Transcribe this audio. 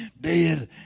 dead